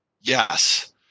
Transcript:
Yes